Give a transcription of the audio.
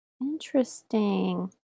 Interesting